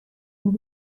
and